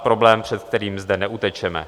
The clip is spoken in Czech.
Problém, před kterým zde neutečeme.